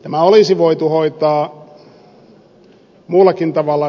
tämä olisi voitu hoitaa muullakin tavalla